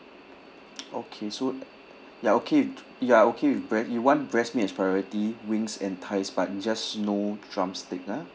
okay so you are okay w~ you are okay with bre~ you want breast meat as priority wings and thighs but you just no drumstick ah